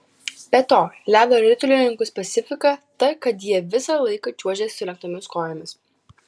be to ledo ritulininkų specifika ta kad jie visą laiką čiuožia sulenktomis kojomis